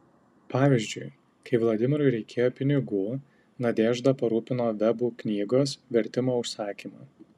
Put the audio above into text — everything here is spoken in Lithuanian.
pavyzdžiui kai vladimirui reikėjo pinigų nadežda parūpino vebų knygos vertimo užsakymą